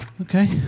Okay